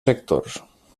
sectors